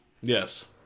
Yes